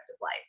life